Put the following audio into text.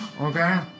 Okay